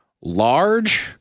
large